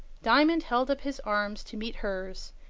diamond held up his arms to meet hers,